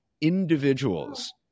individuals